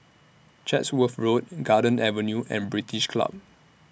Chatsworth Road Garden Avenue and British Club